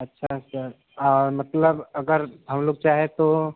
अच्छा सर और मतलब अगर हम लोग चाहें तो